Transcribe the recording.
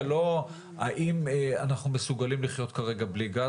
לא האם אנחנו מסוגלים לחיות כרגע בלי גז,